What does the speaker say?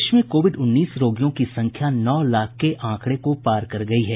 देश में कोविड उन्नीस रोगियों की संख्या नौ लाख के आंकड़े को पार कर गयी है